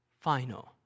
final